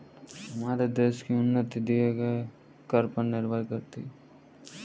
हमारे देश की उन्नति दिए गए कर पर निर्भर करती है